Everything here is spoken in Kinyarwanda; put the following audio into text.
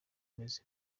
meze